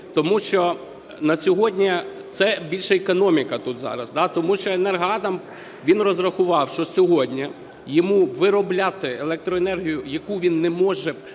тому що на сьогодні це більше економіка тут зараз, тому що "Енергоатом" він розрахував, що сьогодні йому виробляти електроенергію, яку він не може